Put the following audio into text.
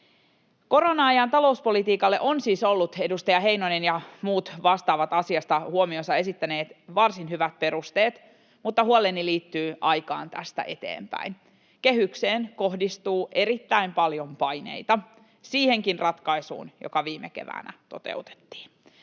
Korona-ajan talouspolitiikalle on siis ollut — edustaja Heinonen ja muut vastaavat asiasta huomionsa esittäneet — varsin hyvät perusteet, mutta huoleni liittyy aikaan tästä eteenpäin. Kehykseen kohdistuu erittäin paljon paineita. Siihenkin ratkaisuun, joka viime keväänä toteutettiin.